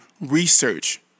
research